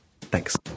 Thanks